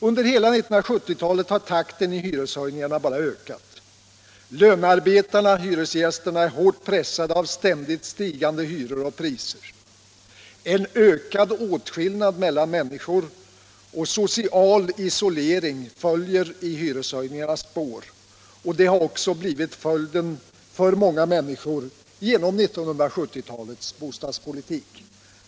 Under hela 1970-talet har takten i hyreshöjningarna bara ökat. Lönarbetarna/hyresgästerna är hårt pressade av ständigt stigande hyror och priser. En ökad åtskillnad mellan människor och social isolering följer i hyreshöjningarnas spår — detta har också blivit följden för många människor genom 1970-talets bostadspolitik.